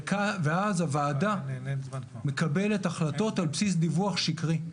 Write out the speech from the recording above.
ואז הוועדה מקבלת החלטות על בסיס דיווח שקרי,